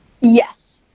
Yes